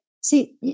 See